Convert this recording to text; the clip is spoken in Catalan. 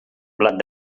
blat